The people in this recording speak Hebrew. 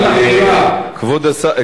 אבל כבוד השר לשעבר שטרית,